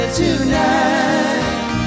tonight